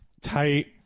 tight